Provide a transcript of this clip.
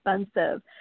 expensive